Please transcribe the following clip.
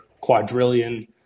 quadrillion